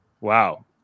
wow